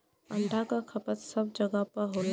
अंडा क खपत सब जगह होला